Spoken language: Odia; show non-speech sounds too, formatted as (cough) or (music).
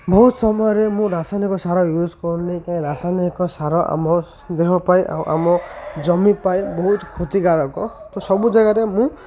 ବହୁତ ସମୟରେ ମୁଁ ରାସାୟନିକ ସାର ୟୁଜ୍ କରୁନି (unintelligible) ରାସାୟନିକ ସାର ଆମ ଦେହ ପାଇଁ ଆଉ ଆମ ଜମି ପାଇଁ ବହୁତ କ୍ଷତିକାରକ ତ ସବୁ ଜାଗାରେ ମୁଁ